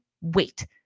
wait